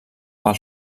pel